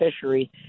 fishery